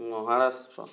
Maharashtra